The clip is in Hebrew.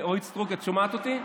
אורית סטרוק, את שומעת אותי?